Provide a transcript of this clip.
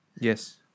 Yes